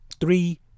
three